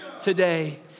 today